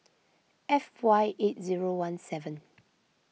F Y eight zero one seven